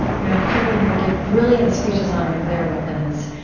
you know, people who could give brilliant speeches on nuclear weapons.